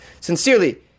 Sincerely